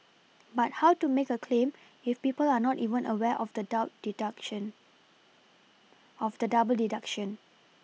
but how to make a claim if people are not even aware of the double deduction of the double deduction